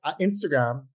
Instagram